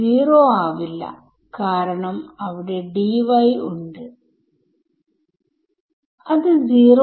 ഓരോ ടൈം ഇൻസ്റ്റൻസും കൊണ്ട് വേർതിരിച്ചിരിക്കുന്നു